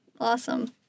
Awesome